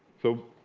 so